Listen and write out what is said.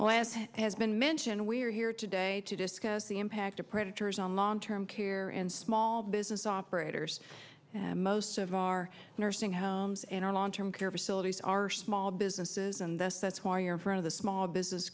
well as has been mentioned we're here today to discuss the impact of predators on long term care and small business operators and most of our nursing homes and our long term care facilities are small businesses and that's that's why you're for the small business